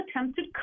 attempted